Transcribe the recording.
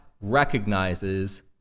recognizes